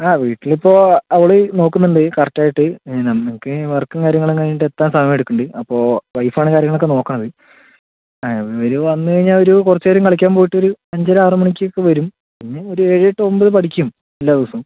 ആ വീട്ടിലിപ്പോൾ അവള് നോക്കുന്നുണ്ട് കറക്റ്റായിട്ട് പിന്നെ നമുക്ക് വർക്കും കാര്യങ്ങളും കഴിഞ്ഞിട്ട് എത്താൻ സമയമെടുക്കുന്നുണ്ട് അപ്പൊൾ വൈഫാണ് കാര്യങ്ങളൊക്കെ നോക്കണത് ഇവര് വന്ന് കഴിഞ്ഞാൽ ഒരു കുറച്ച് നേരം കളിക്കാൻ പോയിട്ടൊരു അഞ്ചര ആറുമണിക്കൊക്കെ വരും പിന്നെ ഒരേഴ് എട്ട് ഒൻപത് പഠിക്കും എല്ലാദിവസവും